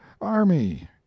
army